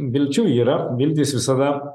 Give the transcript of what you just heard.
vilčių yra viltys visada